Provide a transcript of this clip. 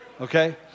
Okay